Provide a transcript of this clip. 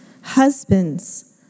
Husbands